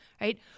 right